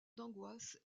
d’angoisse